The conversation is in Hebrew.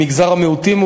במגזר המיעוטים,